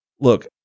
look